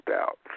out